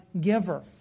giver